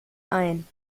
ein